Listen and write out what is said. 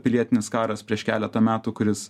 pilietinis karas prieš keletą metų kuris